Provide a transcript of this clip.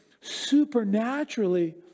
supernaturally